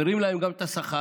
מרים להם גם את השכר,